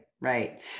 Right